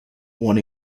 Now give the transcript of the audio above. one